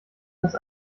was